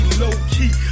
low-key